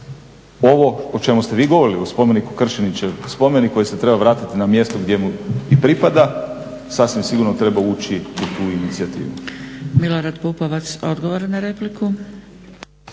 ovo o čemu ste vi govorili o spomeniku Kršinić, spomenik koji se treba vratiti na mjesto gdje mu i pripada, sasvim sigurno treba ući u tu inicijativu.